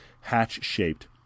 hatch-shaped